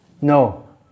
No